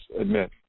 admit